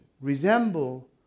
resemble